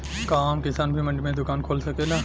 का आम किसान भी मंडी में दुकान खोल सकेला?